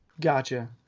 Gotcha